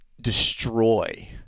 destroy